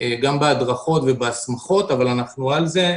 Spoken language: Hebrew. גם בהדרכות ובהסמכות, אבל אנחנו על זה.